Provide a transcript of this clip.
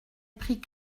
pris